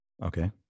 okay